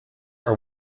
are